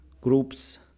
groups